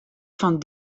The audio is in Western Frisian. fan